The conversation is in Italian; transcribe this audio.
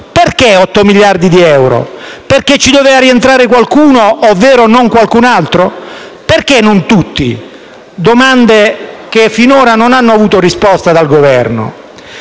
Perché 8 miliardi di euro? Perché ci doveva rientrare qualcuno e non qualcun altro? Perché non tutti? Domande che finora non hanno avuto risposta dal Governo.